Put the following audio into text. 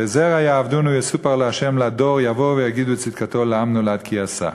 ו"זרע יעבדנו יספר לה' לדור יבואו ויגידו צדקתו לעם נולד כי עשה".